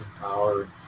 power